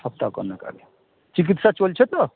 সপ্তাহখানেক আগে চিকিৎসা চলছে তো